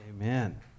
Amen